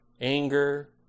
anger